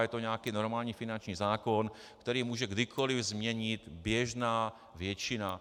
Je to nějaký normální finanční zákon, který může kdykoliv změnit běžná většina.